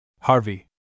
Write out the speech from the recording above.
Harvey